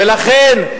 ולכן,